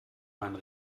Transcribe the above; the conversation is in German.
meinen